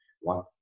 one